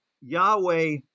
Yahweh